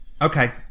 okay